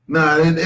Nah